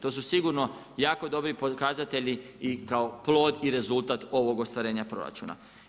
To su sigurno jako dobri pokazatelji, i kao plod i rezultat ovog ostvarenja proračuna.